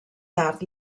tard